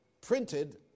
printed